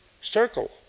circle